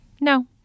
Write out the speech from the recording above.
no